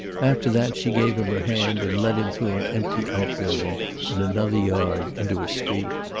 after that she gave him her hand, and led him through an empty outbuilding and another yard into a street.